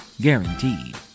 guaranteed